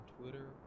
Twitter